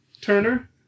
Turner